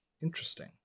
Interesting